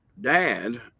dad